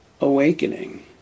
awakening